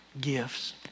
gifts